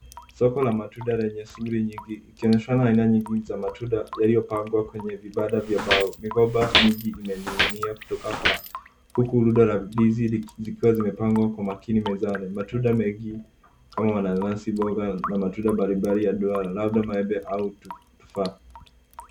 Soko la matunda lenye shughuli nyingi ikionyeshana aina nyingi za matunda yaliyopangwa kwenye vibanda vya mbao. Migomba mingi imeninginia kutoka paa huku runda la ndizi zikiwa zimepangwa kwa makini mezani. Matunda mengi kama mananasi, mboga na matunda mbalimbali ya duara, labda maembe au tofaha.